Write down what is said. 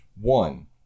One